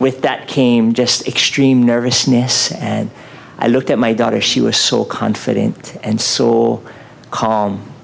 with that came just extreme nervousness and i looked at my daughter she was so confident and so calm